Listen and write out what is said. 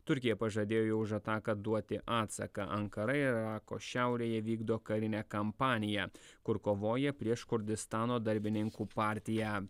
turkija pažadėjo už ataką duoti atsaką ankara irako šiaurėje vykdo karinę kampaniją kur kovoja prieš kurdistano darbininkų partiją